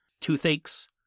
toothaches